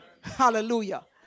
Hallelujah